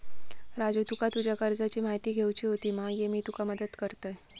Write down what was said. राजू तुका तुज्या कर्जाची म्हायती घेवची होती मा, ये मी तुका मदत करतय